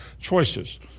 choices